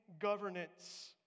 governance